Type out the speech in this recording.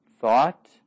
thought